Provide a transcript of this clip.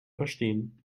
verstehen